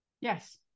Yes